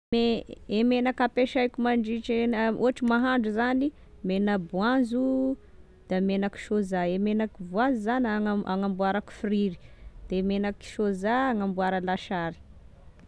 E menaka apesaiko mandritry na ohatry mahandro zany: mena-boanzo da menaky sôza e, e menaky voanzo zany agna- agnamboarako friry, de menaky sôza agnamboara lasary